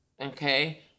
okay